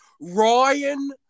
Ryan